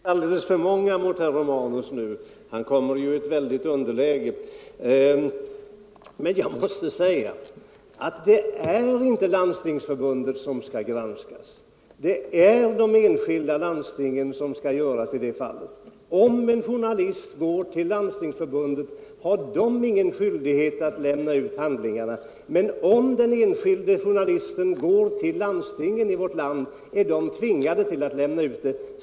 Herr talman! Nu blir vi visst alldeles för många mot herr Romanus; han kommer i ett väldigt underläge. Jag måste vidhålla att det inte är Landstingsförbundet som skall granskas utan det är de enskilda landstingen. Landstingsförbundet har ingen skyldighet att lämna ut handlingarna till en journalist. Men om den enskilde journalisten i stället vänder sig till landstingen är dessa tvingade att lämna ut dem.